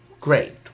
Great